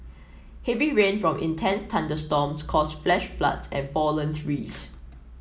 heavy rain from intense thunderstorms caused flash floods and fallen trees